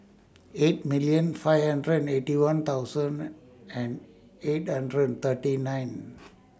eight million five hundred and Eighty One thousand and eight hundred thirty ninth